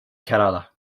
kerala